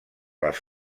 les